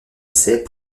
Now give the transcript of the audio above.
essais